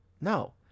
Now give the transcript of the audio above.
No